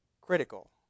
critical